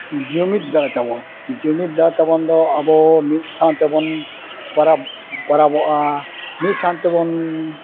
ᱡᱩᱢᱤᱫ ᱫᱟᱲᱮ ᱛᱟᱵᱚᱱ ᱡᱩᱢᱤᱫ ᱫᱟᱲᱮ ᱛᱟᱵᱚᱱ ᱫᱚ ᱟᱵᱚ ᱢᱤᱫ ᱥᱟᱶ ᱛᱮᱵᱚᱱ ᱯᱚᱨᱚᱵ ᱯᱚᱨᱚᱵᱚᱜᱼᱟ ᱢᱤᱫ ᱥᱟᱶ ᱛᱮᱵᱚᱱ